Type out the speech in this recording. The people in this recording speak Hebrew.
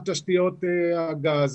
גם תשתיות הגז,